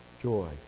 joy